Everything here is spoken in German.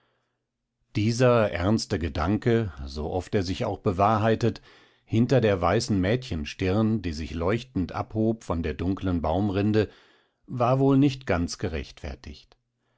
dieser ernste gedanke so oft er sich auch bewahrheitet hinter der weißen mädchenstirn die sich leuchtend abhob von der dunklen baumrinde war er wohl nicht ganz gerechtfertigt